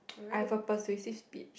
I have a persuasive speech